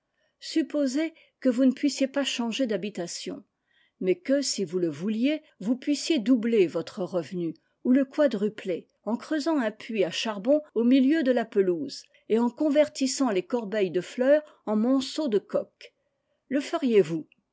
supposez que vous ne puissiez pas changer d'habitation mais que si vous le vouliez vous puissiez doubler votre revenu ouïe quadrupler en creusant un puitsàchafboil au milieu de la pelouse et en convertissant les'cbb beilles de fleurs en monceaux de coke le